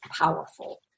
powerful